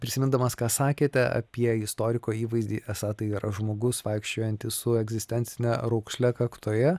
prisimindamas ką sakėte apie istoriko įvaizdį esą tai yra žmogus vaikščiojantis su egzistencine raukšle kaktoje